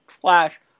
Flash